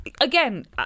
Again